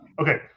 Okay